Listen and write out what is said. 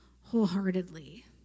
wholeheartedly